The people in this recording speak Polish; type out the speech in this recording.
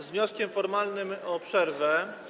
Z wnioskiem formalnym o przerwę.